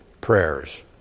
prayers